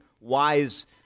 wise